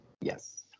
Yes